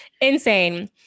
insane